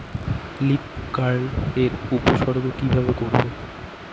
Leaf curl এর উপসর্গ কিভাবে করব?